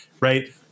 right